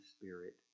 spirit